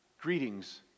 Greetings